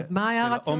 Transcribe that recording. אז מה היה הרציונל?